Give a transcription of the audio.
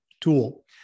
tool